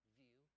view